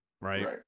Right